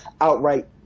outright